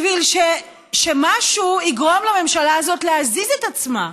בשביל שמשהו יגרום לממשלה הזאת להזיז את עצמה.